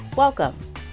Welcome